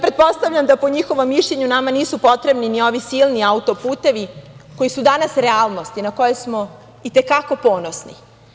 Pretpostavljam, da po njihovom mišljenju nama nisu potrebni ni ovi silni auto-putevi koji su danas realnost, i na koje smo i te kako ponosni.